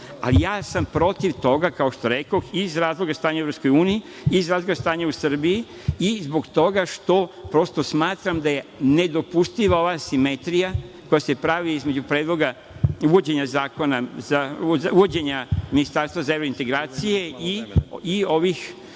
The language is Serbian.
A ja sam protiv toga, kao što rekoh, iz razloga stanja u EU, iz razloga stanja u Srbiji i zbog toga što prosto smatram da je nedopustiva ova simetrija koja se pravi između predloga uvođenja ministarstva za evrointegracije i ovih